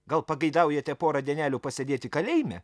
gal pageidaujate porą dienelių pasėdėti kalėjime